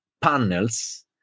panels